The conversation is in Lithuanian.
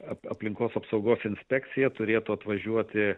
aplinkos apsaugos inspekciją turėtų atvažiuoti